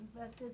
versus